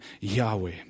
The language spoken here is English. Yahweh